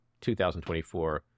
2024